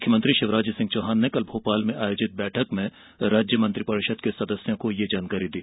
मुख्यमंत्री शिवराज सिंह चौहान ने कल भोपाल में आयोजित बैठक में राज्य मंत्रिपरिषद के सदस्यों को यह जानकारी दी